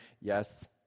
Yes